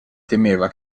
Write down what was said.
temeva